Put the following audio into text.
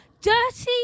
dirty